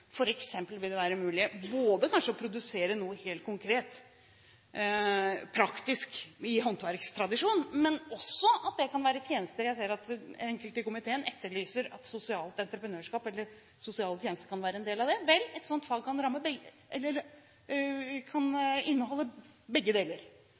vil f.eks. være mulig kanskje å produsere noe helt konkret, praktisk, i håndverkstradisjonen. Men det kan også være tjenester. Jeg ser at enkelte i komiteen etterlyser at sosialt entreprenørskap, eller sosiale tjenester, kan være en del av det. Vel, et slikt fag kan